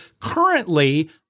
currently